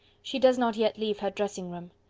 she does not yet leave her dressing-room.